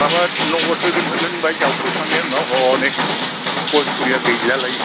माबा नगद होगोन होगोन होनबाय जावखुखांनायनि उनाव हनै गय फुलिया गैलालाय